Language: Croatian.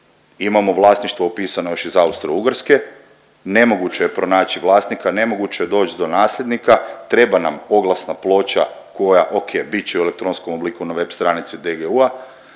imamo vlasništvo upisano još iz Austro-Ugarske, nemoguće je pronaći vlasnika, nemoguće je doć do nasljednika, treba nam oglasna ploča koja ok, bit će u elektronskom obliku na web stranci DGU-a,